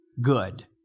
good